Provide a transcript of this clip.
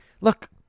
look